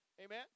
Amen